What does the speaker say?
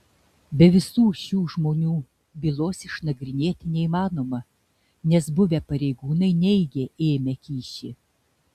be visų šių žmonių bylos išnagrinėti neįmanoma nes buvę pareigūnai neigia ėmę kyšį